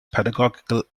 pedagogical